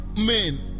men